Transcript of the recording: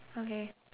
okay